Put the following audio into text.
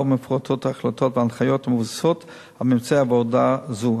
שבה מפורטות ההחלטות וההנחיות המבוססות על ממצאי עבודה זו.